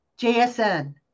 JSN